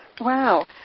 Wow